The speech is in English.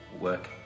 work